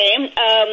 Okay